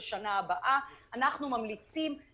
לשם בחברת סיוע בתקופת ההתמודדות עם נגיף הקורונה